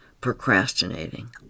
procrastinating